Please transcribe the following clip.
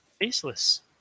Faceless